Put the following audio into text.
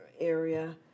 area